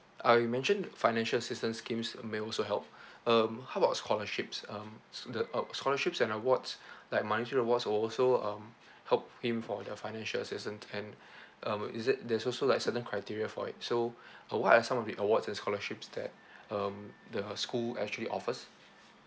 uh you mentioned financial assistance schemes may also help um how about scholarships um s~ the um scholarships and awards like awards will also um help him for the financial assistance and um is it there's also like certain criteria for it so uh what are some of the awards and scholarships that um the school actually offers